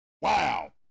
Wow